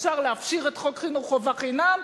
אפשר להפשיר את חוק חינוך חובה חינם.